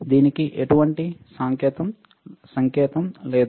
దీనికి ఎటువంటి సంకేతం లేదు